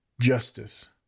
justice